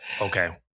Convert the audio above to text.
Okay